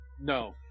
no